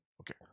Okay